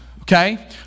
okay